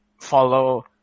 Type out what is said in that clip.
follow